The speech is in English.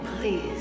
please